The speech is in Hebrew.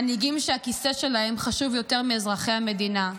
מנהיגים שהכיסא שלהם חשוב יותר מאזרחי המדינה.